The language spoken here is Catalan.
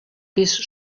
pis